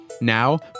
Now